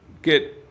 get